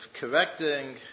correcting